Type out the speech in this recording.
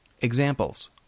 Examples